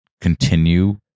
continue